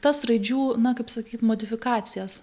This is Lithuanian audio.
tas raidžių na kaip sakyt modifikacijas